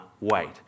wait